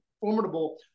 formidable